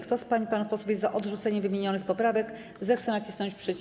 Kto z pań i panów posłów jest za odrzuceniem wymienionych poprawek, zechce nacisnąć przycisk.